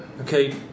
okay